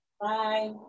Bye